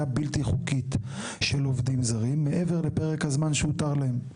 בלתי חוקית של עובדים זרים מעבר לפרק הזמן שהותר להם,